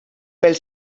pel